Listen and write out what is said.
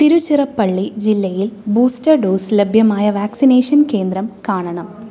തിരുച്ചിറപ്പള്ളി ജില്ലയിൽ booster dose ലഭ്യമായ vaccination കേന്ദ്രം കാണണം